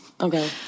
Okay